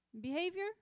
Behavior